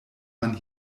man